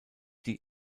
die